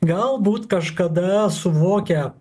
galbūt kažkada suvokę